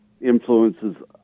influences